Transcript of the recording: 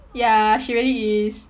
ya really is